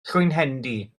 llwynhendy